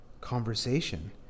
conversation